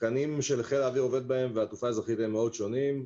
התקנים שחיל האוויר עובד בהם והתעופה האזרחית הם מאוד שונים,